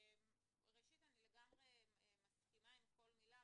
אני לגמרי מסכימה עם כל מילה,